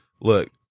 look